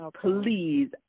please